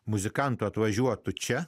muzikantų atvažiuotų čia